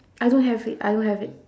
I don't have it I don't have it